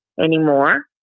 anymore